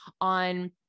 on